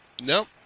Nope